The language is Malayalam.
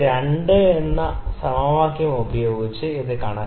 നമുക്ക് 2 എന്ന സമവാക്യ നമ്പർ ഉപയോഗിച്ച് കണക്കാക്കാം